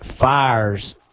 fires